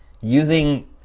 using